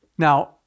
Now